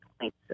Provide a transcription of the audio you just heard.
points